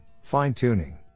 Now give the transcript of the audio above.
fine-tuning